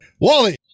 Wally